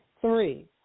Three